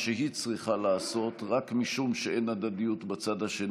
שהיא צריכה לעשות רק משום שאין הדדיות בצד האחר,